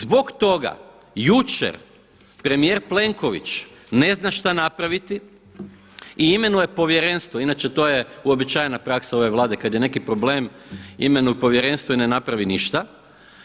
Zbog toga jučer premijer Plenković ne zna šta napraviti i imenuje povjerenstvo, inače to je uobičajena praksa ove Vlade, kad je neki problem imenuje povjerenstvo i ne napravi ništa,